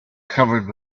covered